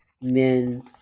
men